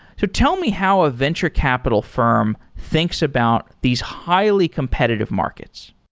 so tell me how a venture capital firm thinks about these highly competitive markets.